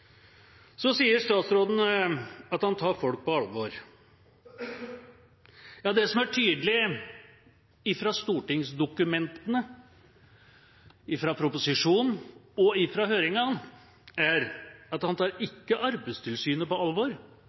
Så sier statsråden at han tar folk på alvor. Ja, det som er tydelig fra stortingsdokumentene, fra proposisjonen og fra høringen, er at han ikke tar Arbeidstilsynet på alvor,